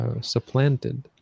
supplanted